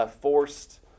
forced